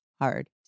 hard